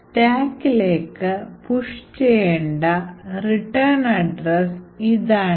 സ്റ്റാക്കിലേക്ക് push ചെയ്യേണ്ട return address ഇതാണ്